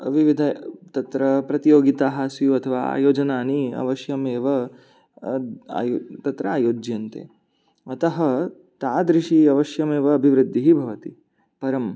विविध तत्र प्रतियोगिताः स्युः अथवा आयोजनानि अवश्यमेव तत्र आयोज्यन्ते अतः तादृशी अवश्यमेव अभिवृद्धिः भवति परं